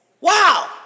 Wow